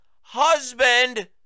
husband